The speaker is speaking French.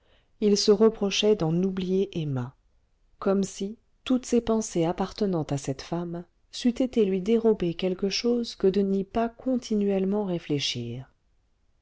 il se reprochait d'en oublier emma comme si toutes ses pensées appartenant à cette femme c'eût été lui dérober quelque chose que de n'y pas continuellement réfléchir